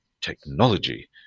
technology